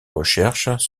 recherches